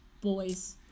boy's